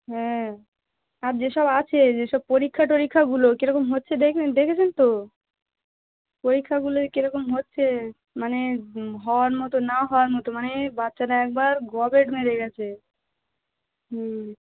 হ্যাঁ আর যেসব আছে যেসব পরীক্ষা টরীক্ষাগুলো কেরকম হচ্ছে দেখবেন দেখেছেন তো পরীক্ষাগুলোয় কেরকম হচ্ছে মানে হওয়ার মতো না হওয়ার মতো মানে বাচ্চারা একবার গবেট মেরে গেছে হুম